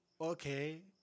okay